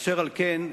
אשר על כן,